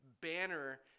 banner